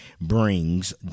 brings